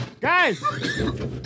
guys